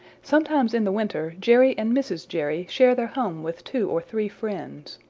sometimes in the winter jerry and mrs. jerry share their home with two or three friends.